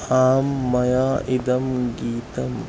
आम् मया इदं गीतम्